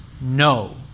no